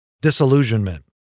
disillusionment